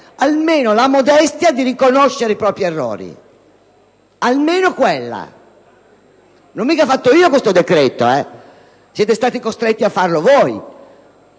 almeno la modestia di riconoscere i vostri errori! Non l'ho mica fatto io questo decreto, siete stati costretti a farlo voi!